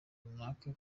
runaka